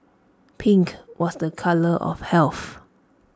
pink was the colour of health